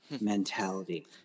mentality